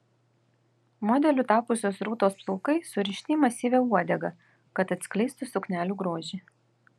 modeliu tapusios rūtos plaukai surišti į masyvią uodegą kad atskleistų suknelių grožį